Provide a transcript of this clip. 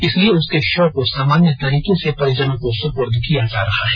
इसलिए उसके शव को सामान्य तरीके से परिजनों को सुपूर्द किया जा रहा है